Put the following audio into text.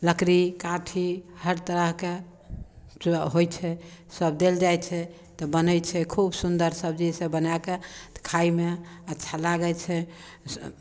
लकड़ी काठी हर तरहके जे होइ छै सभ देल जाइ छै तऽ बनै छै खूब सुन्दर सबजी सभ बनाएके तऽ खाएमे अच्छा लागै छै